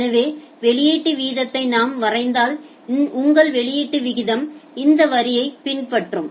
எனவே வெளியீட்டு வீதத்தை நாம் வரைந்தால் உங்கள் வெளியீட்டு வீதம் இந்த வரியைப் பின்பற்றும்